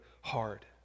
hard